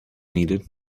needed